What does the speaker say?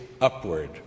upward